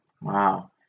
Wow